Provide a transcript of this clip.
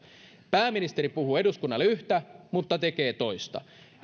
pääministeri puhuu eduskunnalle yhtä mutta tekee toista